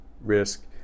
risk